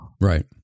Right